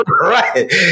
Right